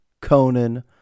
Conan